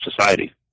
society